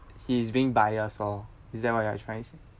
he is being biased lor is that what you are trying to say